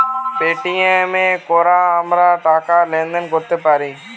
Paytm এ কোরে আমরা টাকা লেনদেন কোরতে পারি